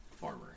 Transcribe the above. farmer